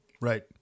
Right